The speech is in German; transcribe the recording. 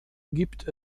gibt